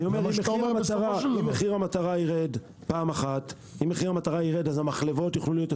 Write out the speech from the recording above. אני אומר אם מחיר המטרה ירד פעם אחת אז המחלבות יוכלו,